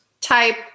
type